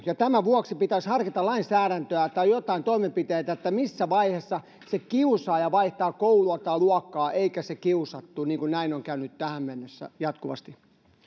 tämän vuoksi pitäisi harkita lainsäädäntöä tai jotain toimenpiteitä että missä vaiheessa se kiusaaja vaihtaa koulua tai luokkaa eikä se kiusattu niin kuin on käynyt tähän mennessä jatkuvasti